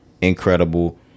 Incredible